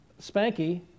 Spanky